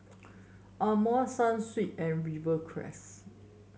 Amore Sunsweet and Rivercrest